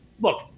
Look